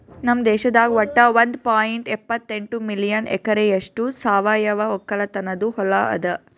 ನಮ್ ದೇಶದಾಗ್ ವಟ್ಟ ಒಂದ್ ಪಾಯಿಂಟ್ ಎಪ್ಪತ್ತೆಂಟು ಮಿಲಿಯನ್ ಎಕರೆಯಷ್ಟು ಸಾವಯವ ಒಕ್ಕಲತನದು ಹೊಲಾ ಅದ